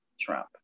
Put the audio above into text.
trump